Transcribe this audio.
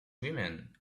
women